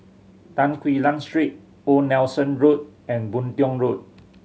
Tan Quee Lan Street Old Nelson Road and Boon Tiong Road